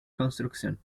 construcción